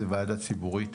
זו ועדה ציבורית?